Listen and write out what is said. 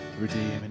redeeming